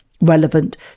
relevant